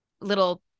little